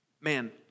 man